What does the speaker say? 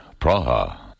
Praha